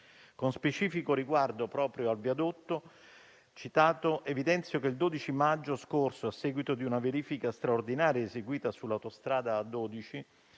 Con specifico riguardo proprio al viadotto citato, evidenzio che il 12 maggio scorso, a seguito di una verifica straordinaria eseguita sull'autostrada A12,